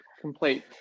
complete